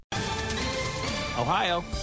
Ohio